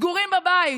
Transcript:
סגורים בבית,